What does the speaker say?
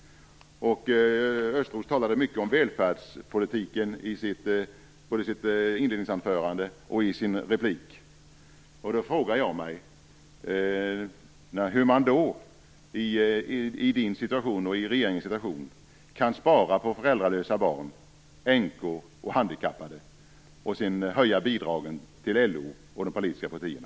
Östros talade mycket om välfärdspolitiken både i sitt inledningsanförande och i sin replik. Då frågar jag mig: Hur kan regeringen spara på föräldralösa barn, änkor och handikappade och sedan höja bidragen till LO och de politiska partierna?